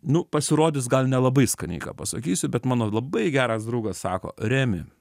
nu pasirodys gal nelabai skaniai ką pasakysiu bet mano labai geras draugas sako remi